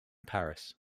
paris